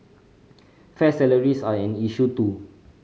fair salaries are an issue too